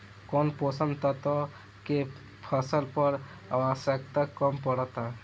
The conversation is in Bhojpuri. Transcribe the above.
कौन पोषक तत्व के फसल पर आवशयक्ता कम पड़ता?